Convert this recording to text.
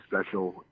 special